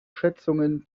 schätzungen